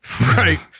Right